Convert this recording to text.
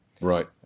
Right